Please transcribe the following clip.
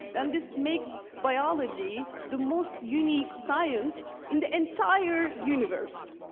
then this makes biology the most unique science in the entire universe.